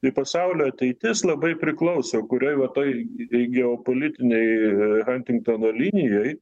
tai pasaulio ateitis labai priklauso kurioj va toj į geopolitinę į hantingtono linijoj